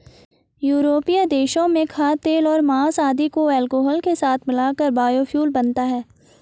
यूरोपीय देशों में खाद्यतेल और माँस आदि को अल्कोहल के साथ मिलाकर बायोफ्यूल बनता है